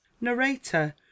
Narrator